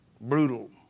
Brutal